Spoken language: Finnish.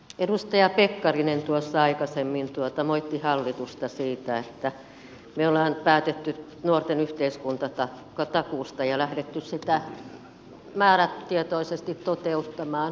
edustaja pekkarinen tuossa aikaisemmin moitti hallitusta siitä että me olemme päättäneet nuorten yhteiskuntatakuusta ja lähteneet sitä määrätietoisesti toteuttamaan